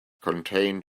contain